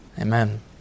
amen